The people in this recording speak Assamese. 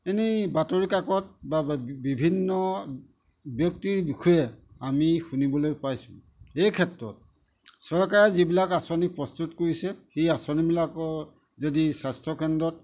এনেই বাতৰি কাকত বা বিভিন্ন ব্যক্তিৰ বিষয়ে আমি শুনিবলৈ পাইছোঁ এই ক্ষেত্ৰত চৰকাৰে যিবিলাক আঁচনি প্ৰস্তুত কৰিছে সেই আঁচনিবিলাকৰ যদি স্বাস্থ্যকেন্দ্ৰত